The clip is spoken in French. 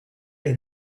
est